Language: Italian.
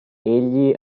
egli